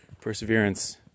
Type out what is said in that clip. Perseverance